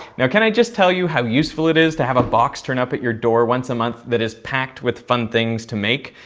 now, can i just tell you how useful it is to have a box turn up at your door once a month that is packed with fun things to make?